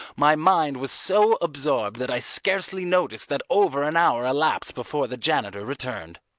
my mind was so absorbed that i scarcely noticed that over an hour elapsed before the janitor returned.